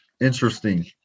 interesting